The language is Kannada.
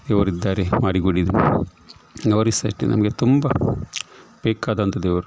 ದೇವರಿದ್ದಾರೆ ಮಾರಿಗುಡಿದು ಅವರು ಸಹ ನಮಗೆ ತುಂಬ ಬೇಕಾದಂಥ ದೇವರು